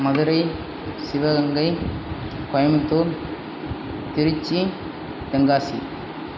Madurai Sivaganga Coimbatore Trichy Tenkasi